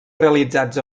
realitzats